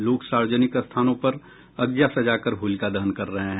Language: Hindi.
लोग सार्वजनिक स्थानों पर अगजा सजाकर होलिका दहन कर रहे हैं